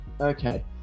okay